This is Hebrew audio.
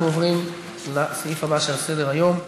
אנחנו עוברים לסעיף הבא שעל סדר-היום,